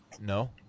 No